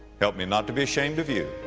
help me not to be ashamed of you.